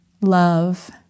love